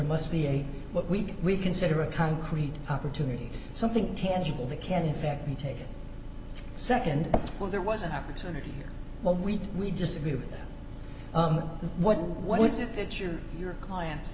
must be a week we consider a concrete opportunity something tangible that can affect me take a nd when there was an opportunity when we we disagree with what what is it that your your clients